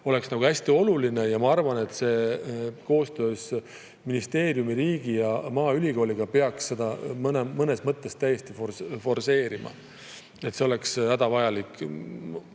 õpe, hästi oluline. Ma arvan, et koostöös ministeeriumi, riigi ja maaülikooliga peaks seda mõnes mõttes täiesti forsseerima. See oleks hädavajalik.